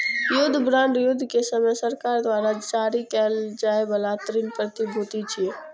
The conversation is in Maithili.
युद्ध बांड युद्ध के समय सरकार द्वारा जारी कैल जाइ बला ऋण प्रतिभूति छियै